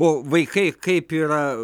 o vaikai kaip yra